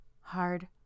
hard